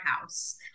House